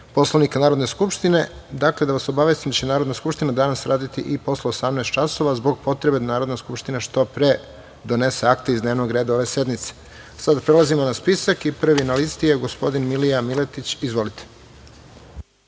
Poslovnika Narodne skupštine, da vas obavestim da će Narodna skupština danas raditi i posle 18.00 časova, zbog potrebe da Narodna skupština što pre donese akta iz dnevnog reda ove sednice. Prelazimo na spisak. Prvi na listi je gospodin Milija Miletić. Izvolite.